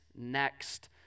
next